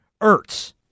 Ertz